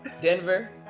Denver